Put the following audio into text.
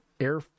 air